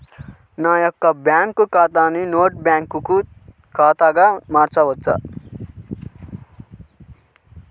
నా యొక్క బ్యాంకు ఖాతాని నెట్ బ్యాంకింగ్ ఖాతాగా మార్చవచ్చా?